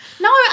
No